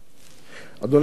אדוני ראש הממשלה,